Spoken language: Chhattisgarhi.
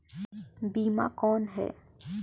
बीमा कौन है?